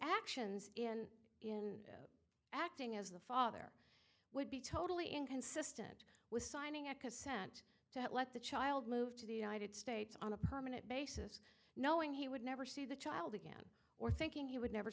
actions in in acting as the father would be totally inconsistent with signing a cause sent to let the child move to the united states on a permanent basis knowing he would never see the child again or thinking he would never